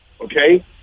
okay